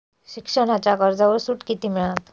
शिक्षणाच्या कर्जावर सूट किती मिळात?